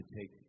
take